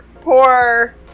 poor